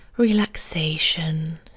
relaxation